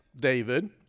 David